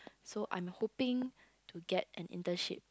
so I'm hoping to get an internship